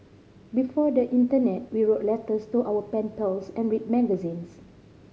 before the internet we wrote letters to our pen pals and read magazines